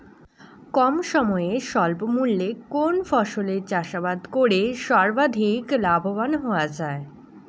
কম সময়ে স্বল্প মূল্যে কোন ফসলের চাষাবাদ করে সর্বাধিক লাভবান হওয়া য়ায়?